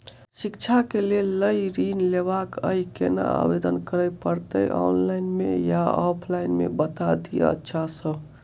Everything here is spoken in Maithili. शिक्षा केँ लेल लऽ ऋण लेबाक अई केना आवेदन करै पड़तै ऑनलाइन मे या ऑफलाइन मे बता दिय अच्छा सऽ?